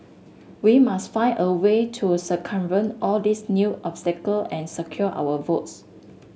we must find a way to circumvent all these new obstacle and secure our votes